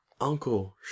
uncle